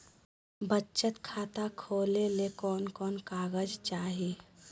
बचत खाता खोले ले कोन कोन कागज चाही?